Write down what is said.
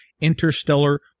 interstellar